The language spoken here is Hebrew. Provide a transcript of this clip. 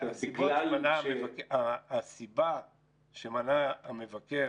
הסיבה שמנה המבקר